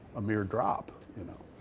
a mere drop. you know